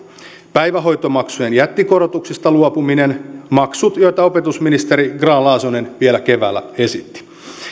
päivähoitomaksujen jättikorotuksista luopuminen niistä joita opetusministeri grahn laasonen vielä keväällä esitti